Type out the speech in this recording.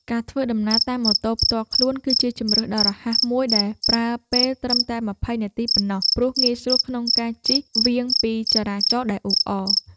ការធ្វើដំណើរតាមម៉ូតូផ្ទាល់ខ្លួន គឺជាជម្រើសដ៏រហ័សមួយដែលប្រើពេលត្រឹមតែ ២០ នាទីប៉ុណ្ណោះ ព្រោះងាយស្រួលក្នុងការជិះវាងពីចរាចរណ៍ដែលអ៊ូអរ។